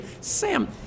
Sam